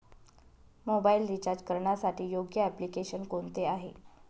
Mobile recharge करण्यासाठी योग्य application कोणते आहे?